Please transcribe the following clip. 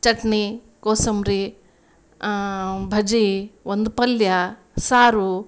ಚಟ್ನಿ ಕೋಸಂಬರಿ ಭಜ್ಜಿ ಒಂದು ಪಲ್ಯ ಸಾರು